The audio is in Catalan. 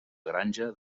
granja